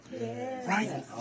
right